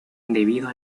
debido